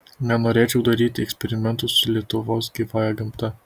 nenorėčiau daryti eksperimentų su lietuvos gyvąja gamta